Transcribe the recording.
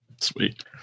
Sweet